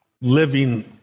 living